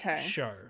show